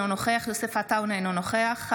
אינו נוכח יוסף עטאונה,